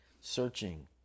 searching